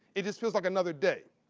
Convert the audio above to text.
it just feels like another day.